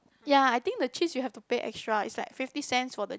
ya I think the cheese you have to pay extra it's like fifty cents for the